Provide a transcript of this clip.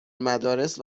مدارس